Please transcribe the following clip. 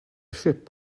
ship